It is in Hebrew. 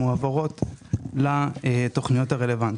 הן מועברות לתכניות הרלוונטיות.